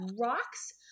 rocks